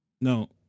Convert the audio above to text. No